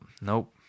nope